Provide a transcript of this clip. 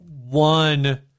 one